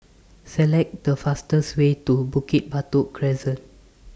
Select The fastest Way to Bukit Batok Crescent